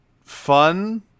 fun